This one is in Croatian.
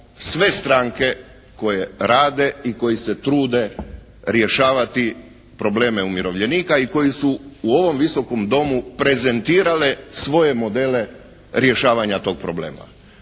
sve stranke koje rade i koji se trude rješavati probleme umirovljenika i koji su u ovom visokom domu prezentirale svoje modele rješavanja tog problema.